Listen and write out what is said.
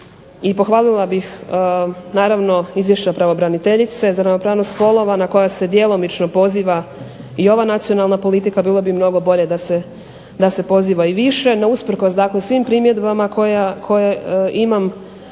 I pohvalila bih naravno Izvješće pravobraniteljice za ravnopravnost spolova na koja se djelomično poziva i ova nacionalna politika. Bilo bi mnogo gore da se poziva i više, no usprkos dakle svim primjedbama koje imam,